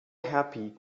happy